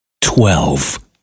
twelve